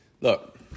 Look